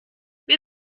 wir